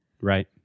Right